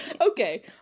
okay